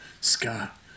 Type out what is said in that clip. Scott